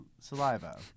saliva